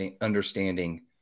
understanding